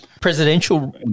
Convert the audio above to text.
presidential